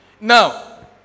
Now